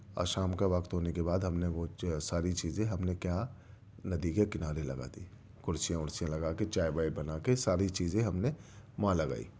اور شام کا وقت ہونے کے بعد ہم نے وہ جو ساری چیزیں ہم نے کیا ندی کے کنارے لگا دی کُرسیاں ورسیاں لگا کے چائے وائے بنا کے ساری چیزیں ہم نے وہاں لگائی